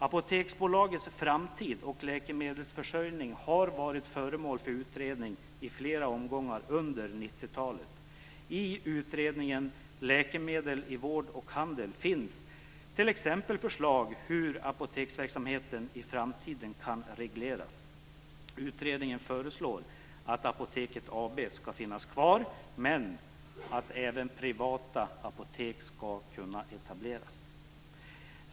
Apoteksbolagets framtid och läkemedelsförsörjning har varit föremål för utredning i flera omgångar under 1990-talet. I utredningen Läkemedel i vård och handel finns t.ex. förslag om hur apoteksverksamheten i framtiden kan regleras. Utredningen föreslår att Apoteket AB skall finnas kvar men att även privata apotek skall kunna etableras.